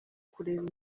kureba